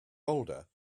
older